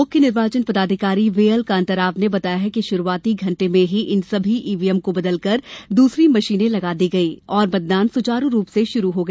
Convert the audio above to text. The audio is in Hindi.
मुख्य निर्वाचन पदाधिकारी वी एल कान्ताराव ने बताया है कि शुरुआती घण्टे में ही इन सभी ईवीएम को बदलकर दूसरी मशीनें लगा दी गई और मतदान सुचारू रूप से शुरू हो गया